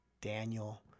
Daniel